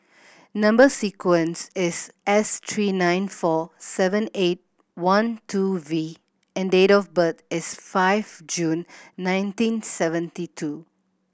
number sequence is S three nine four seven eight one two V and date of birth is five June nineteen seventy two